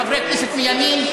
לחברי כנסת מהימין,